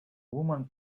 woman